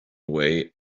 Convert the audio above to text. away